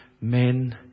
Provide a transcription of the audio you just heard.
men